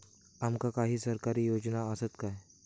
आमका काही सरकारी योजना आसत काय?